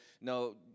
no